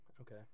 Okay